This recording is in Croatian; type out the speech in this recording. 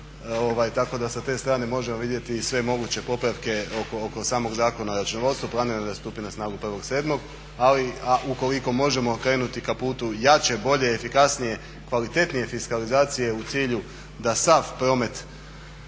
tako da sa te strane možemo vidjeti i sve moguće popravke oko samog Zakona o računovodstvu planirane da stupi na snagu 1.7. Ali ukoliko možemo krenuti ka putu jače, bolje, efikasnije, kvalitetnije fiskalizacije u cilju da sav promet